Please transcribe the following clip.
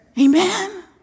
Amen